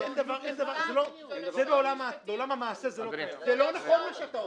בעולם המעה זה לא קיים.